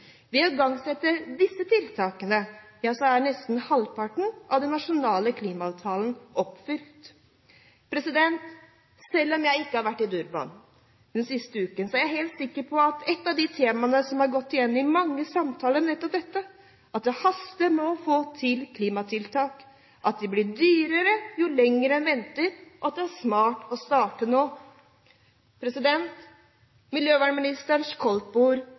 Ved å igangsette disse tiltakene er nesten halvparten av den nasjonale klimaavtalen oppfylt. Selv om jeg ikke har vært i Durban den siste uken, er jeg helt sikker på at et av de temaene som har gått igjen i mange samtaler, er nettopp dette at det haster med å få til klimatiltak, at det vil bli dyrere jo lenger en venter, og at det er smart å starte nå. Miljøvernministerens